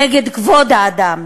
נגד כבוד האדם,